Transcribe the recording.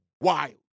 wild